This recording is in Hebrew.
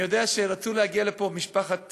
אני יודע שרצו להגיע לפה בני משפחה